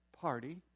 party